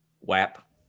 WAP